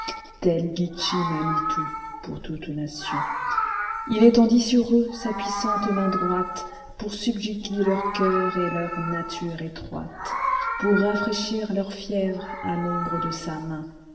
manito pour toute nation il étendit sur eux sa puissante main droitepour subjuguer leur cœur et leur nature étroite pour rafraîchir leur fièvre à l'ombre de sa main